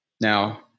Now